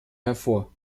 hervor